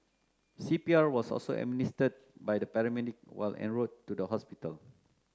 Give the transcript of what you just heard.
C P R was also administered by the paramedic while en route to the hospital